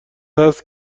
هست